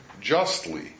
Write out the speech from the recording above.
justly